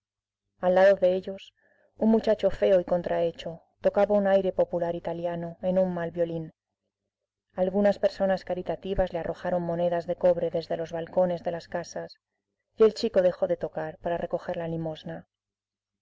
al lado de ellos un muchacho feo y contrahecho tocaba un aire popular italiano en un mal violín algunas personas caritativas le arrojaron monedas de cobre desde los balcones de las casas y el chico dejó de tocar para recoger la limosna